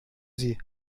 sie